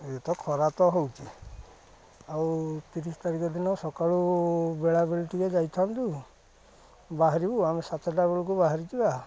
ଏ ତ ଖରା ତ ହେଉଛି ଆଉ ତିରିଶ ତାରିଖ ଦିନ ସକାଳୁ ବେଳାବେଳି ଟିକେ ଯାଇଥାନ୍ତୁ ବାହାରିବୁ ଆମେ ସାତଟା ବେଳକୁ ବାହାରି ଯିବା